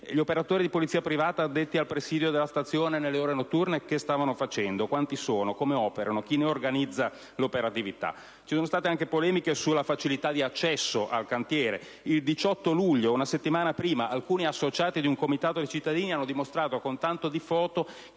gli operatori di polizia privata, addetti al presidio della stazione nelle ore notturne, che stavano facendo? Quanti sono, e come operano? Chi ne organizza l'operatività? Ci sono state anche polemiche sulla facilità di accesso al cantiere: il 18 luglio, una settimana prima, alcuni associati di un comitato di cittadini hanno dimostrato, con tanto di foto,